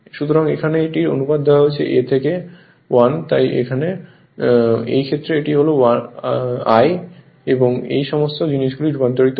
সুতরাং এখানে এটির অনুপাত দেওয়া হয়েছে a থেকে 1 তাই এখন এই ক্ষেত্রে এটি হল 1 এবং এই সমস্ত জিনিসগুলি রূপান্তরিত করে